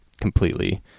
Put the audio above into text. completely